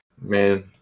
man